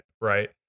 right